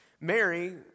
Mary